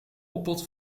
opbod